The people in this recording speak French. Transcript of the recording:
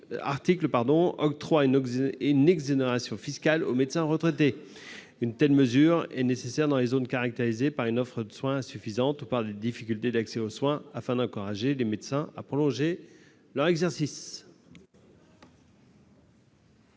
proposé octroie une exonération fiscale aux médecins retraités. Une telle mesure est nécessaire dans les zones caractérisées par une offre de soins insuffisante ou par des difficultés d'accès aux soins, afin d'encourager les médecins à prolonger leur exercice.